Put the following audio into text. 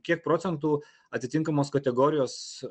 kiek procentų atitinkamos kategorijos